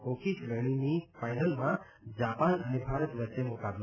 hockey શ્રેણીની ફાઇનલમાં Japan અને ભારત વચ્ચે મુકાબલો થશે